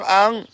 ang